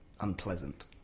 Unpleasant